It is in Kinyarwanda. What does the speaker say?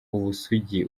ubusugi